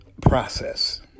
process